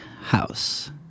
house